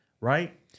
right